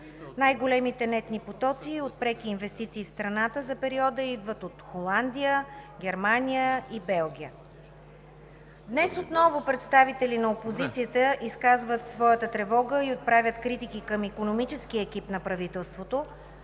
Най-големите нетни потоци от преки инвестиции в страната за периода идват от Холандия, Германия и Белгия. Днес отново представители на опозицията изказват своята тревога и отправят критики към икономическия екип на правителството,